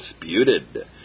disputed